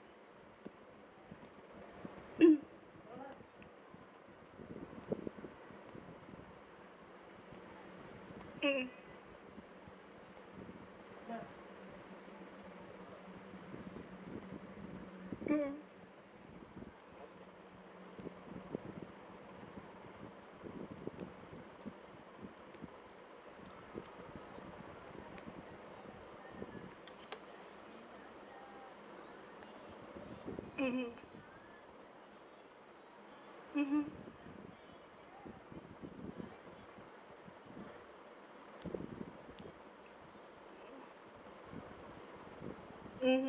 mmhmm mmhmm mmhmm mmhmm